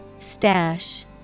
stash